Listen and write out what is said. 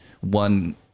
one